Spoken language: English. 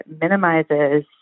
minimizes